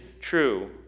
true